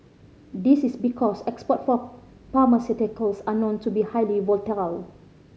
this is because export for pharmaceuticals are known to be highly volatile